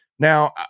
Now